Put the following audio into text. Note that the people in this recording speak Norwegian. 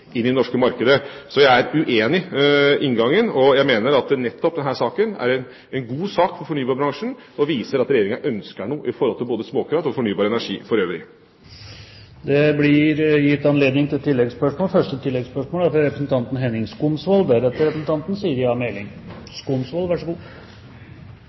i det norske markedet. Så jeg er uenig i inngangen. Jeg mener at nettopp denne saken er en god sak for fornybarbransjen og viser at Regjeringa ønsker noe når det gjelder både småkraft og fornybar energi for øvrig. Det blir gitt anledning til tre oppfølgingsspørsmål – først Henning Skumsvoll. Det er